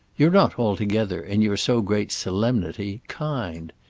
you're not altogether in your so great solemnity' kind.